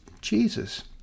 Jesus